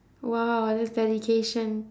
!wow! that's dedication